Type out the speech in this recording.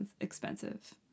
expensive